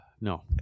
No